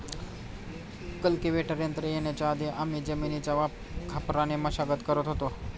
cultivator यंत्र येण्याच्या आधी आम्ही जमिनीची खापराने मशागत करत होतो